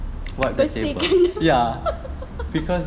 bersihkan lah